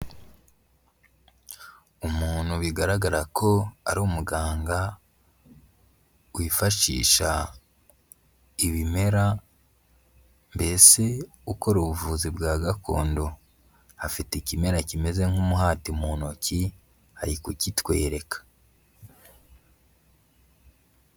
Umuntu bigaragara ko ari umuganga wifashisha ibimera, mbese ukora ubuvuzi bwa gakondo, afite ikimera kimeze nk'umuhati mu ntoki ari kukitwereka.